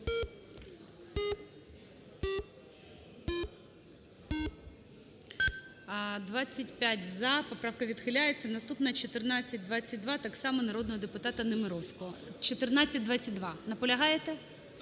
За-25 Поправка відхиляється. Наступна – 1422, так само народного депутата Немировського. 1422. Наполягаєте?